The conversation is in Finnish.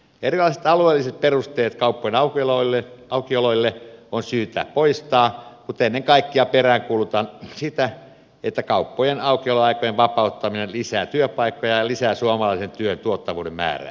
erilaiset alueelliset perusteet kauppojen aukioloille on syytä poistaa mutta ennen kaikkea peräänkuulutan sitä että kauppojen aukioloaikojen vapauttaminen lisää työpaikkoja ja lisää suomalaisen työn tuottavuuden määrää